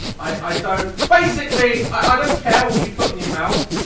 i don't. basically i don't care what you put in your mouth.